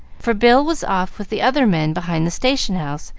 for bill was off with the other men behind the station-house,